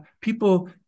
people